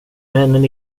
männen